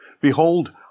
Behold